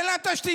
אין להם תשתיות,